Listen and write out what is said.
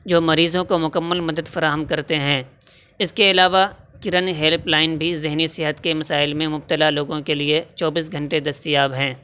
جو مریضوں کو مکمل مدد فراہم کرتے ہیں اس کے علاوہ کرن ہیلپ لائن بھی ذہنی صحت کے مسائل میں مبتلا لوگوں کے لیے چوبیس گھنٹے دستیاب ہیں